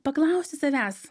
paklausti savęs